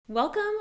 Welcome